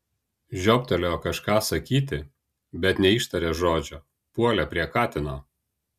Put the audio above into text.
žiobtelėjo kažką sakyti bet neištarė žodžio puolė prie katino